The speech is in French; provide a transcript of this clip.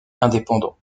indépendant